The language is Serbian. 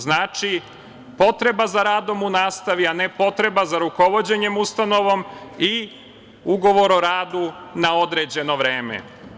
Znači, potreba za radom u nastavi, a ne potreba za rukovođenjem ustanovom i ugovor o radu na određeno vreme.